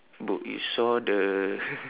ibu you saw the